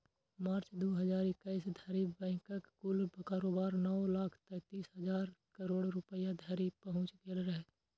मार्च, दू हजार इकैस धरि बैंकक कुल कारोबार नौ लाख तीस हजार करोड़ रुपैया धरि पहुंच गेल रहै